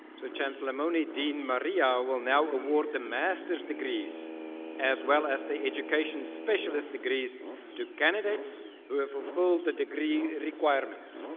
so chancellor mone, dean marija will now award the master's degrees as well as the education specialist degrees to candidates who have fulfilled the degree requirements.